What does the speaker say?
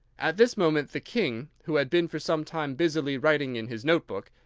at this moment the king, who had been for some time busily writing in his note-book,